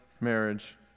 marriage